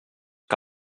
que